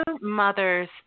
mother's